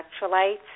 electrolytes